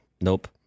nope